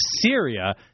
Syria